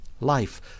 Life